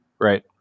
Right